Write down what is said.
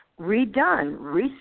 redone